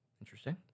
Interesting